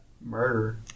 murder